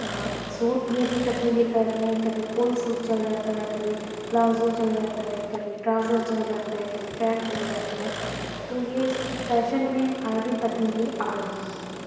suit میں بھی تبدیلی کر رہے ہیں کبھی کوئی سوٹ چل جاتا ہے کبھی پلازو چل جاتا ہے کبھی ٹراؤزر چل جاتا ہے کبھی پینٹ چل جاتا ہے تو یہ فیشن میں آئے دن تبدیلی آ رہی ہے